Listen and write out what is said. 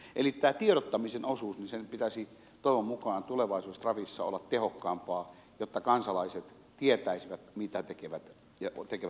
eli tämän tiedottamisen osuuden nyt pitäisi toivon mukaan tulevaisuudessa trafissa olla tehokkaampaa jotta kansalaiset tietäisivät mitä tekevät ja tekevät oikein